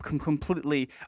completely